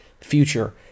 future